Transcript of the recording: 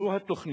אז זו התוכנית,